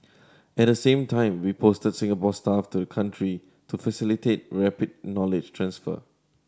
at the same time we posted Singapore staff to country to facilitate rapid knowledge transfer